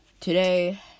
today